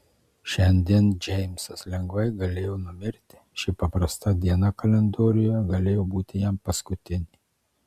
šiandien džeimsas lengvai galėjo numirti ši paprasta diena kalendoriuje galėjo būti jam paskutinė